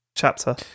chapter